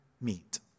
meet